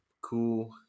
Cool